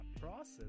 process